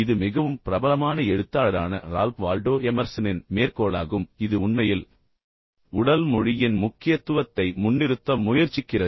இது மிகவும் பிரபலமான எழுத்தாளரான ரால்ப் வால்டோ எமர்சனின் மேற்கோளாகும் இது உண்மையில் உடல் மொழியின் முக்கியத்துவத்தை முன்னிறுத்த முயற்சிக்கிறது